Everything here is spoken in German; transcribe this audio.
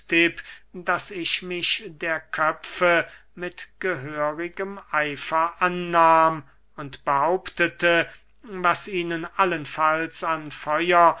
daß ich mich der köpfe mit gehörigem eifer annahm und behauptete was ihnen allenfalls an feuer